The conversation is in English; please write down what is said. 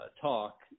talk